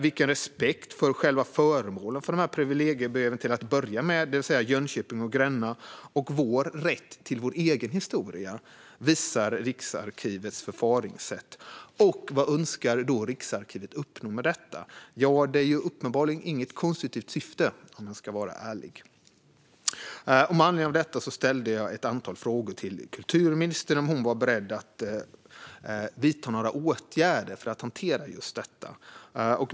Vilken respekt för själva föremålen för dessa privilegiebrev till att börja med, det vill säga Jönköping och Gränna, och vår rätt till vår egen historia visar Riksarkivets förfaringssätt? Och vad önskar då Riksarkivet uppnå med detta? Om man ska vara ärlig görs det uppenbarligen inte i något konstruktivt syfte. Med anledning av detta ställde jag ett antal frågor till kulturministern som gällde om hon var beredd att vidta några åtgärder för att hantera detta.